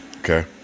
Okay